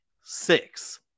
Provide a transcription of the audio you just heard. Six